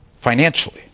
financially